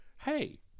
Hey